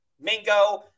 mingo